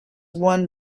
won